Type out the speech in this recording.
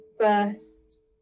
first